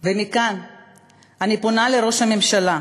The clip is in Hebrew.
ומכאן אני פונה לראש הממשלה,